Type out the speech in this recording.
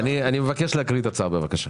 אני מבקש להקריא את הצו בבקשה.